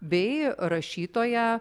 bei rašytoją